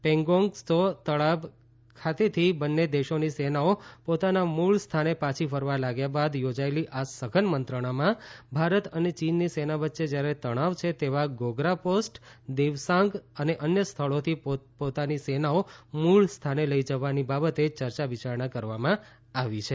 પોગોગ ત્સો તળાવ ખાતેથી બંને દેશોની સેનાઓ પોતાના મૂળ સ્થાને પાછી ફરવા લાગ્યા બાદ થોજાયેલી આ સઘન મંત્રણામાં ભારત અને ચીનની સેના વચ્ચે જ્યારે તણાવ છે તેવા ગોગરા પોસ્ટ દેપસાંગ અને અન્ય સ્થળોથી પોતપોતાની સેનાઓ મૂળ સ્થાને લઈ જવાની બાબતે ચર્યા વિચારણા કરવામાં આવી છે